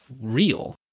real